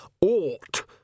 ought